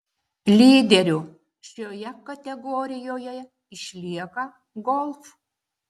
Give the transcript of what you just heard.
lyderiu šioje kategorijoje išlieka golf